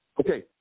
Okay